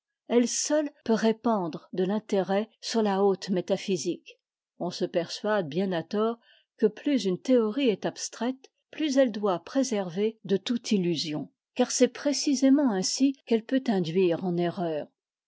elle seule peut répandre de fintérêt sur la haute métaphysique on se persuade bien à tort queplus une théorie est abstraite plus elle doit préserver de toute illusion car c'est précisément ainsi qu'aie peut induire en erreur